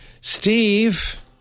steve